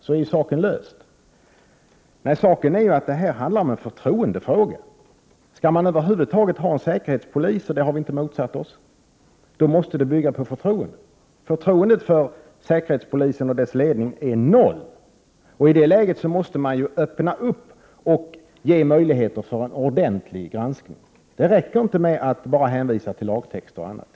Då vore ju problemet löst. Faktum är att det handlar om en förtroendefråga. Skall det över huvud taget finnas en säkerhetspolis — och det har vi inte motsatt oss — måste det bygga på förtroende. Förtroendet för säkerhetspolisen och dess ledning är nu noll, och i det läget måste man öppna upp och ge möjligheter till en ordentlig Prot. 1988/89:114 granskning. Det räcker inte med att bara hänvisa till lagtexter och annat.